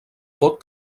pot